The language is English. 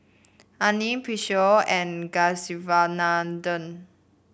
Anil Peyush and Kasiviswanathan